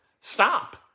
Stop